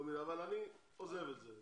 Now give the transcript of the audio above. אבל אני עוזב את זה,